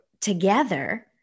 together